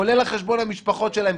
כולל על חשבון המשפחות שלהם,